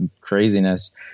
craziness